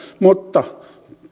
mutta